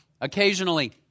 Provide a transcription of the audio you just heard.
occasionally